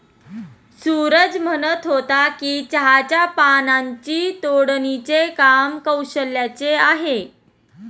सूरज म्हणत होता की चहाच्या पानांची तोडणीचे काम कौशल्याचे आहे